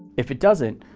if it doesn't,